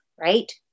right